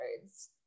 cards